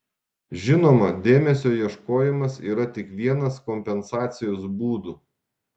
žinoma dėmesio ieškojimas yra tik vienas kompensacijos būdų